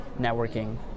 networking